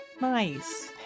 nice